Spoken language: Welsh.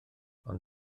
ond